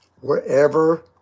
wherever